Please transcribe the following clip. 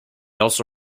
also